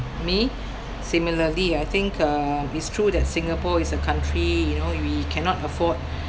me similarly I think uh it's true that Singapore is a country you know we cannot afford